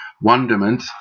wonderment